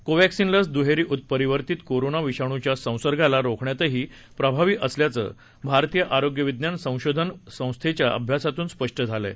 कोव्हॅक्सिन लस दुहेरी उत्परिवर्तित कोरोना विषाणूच्या संसर्गाला रोखण्यातही प्रभावी असल्याचं भारतीय आरोग्य विज्ञान संशोधन संसंस्थेच्या अभ्यासातून स्पष्ट झालंय